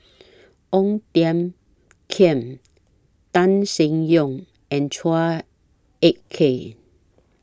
Ong Tiong Khiam Tan Seng Yong and Chua Ek Kay